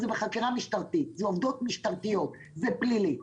זה בחקירה משטרתית, זה עובדות משטרתיות, זה פלילי.